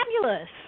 fabulous